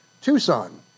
Tucson